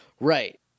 Right